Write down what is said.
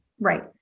Right